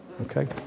Okay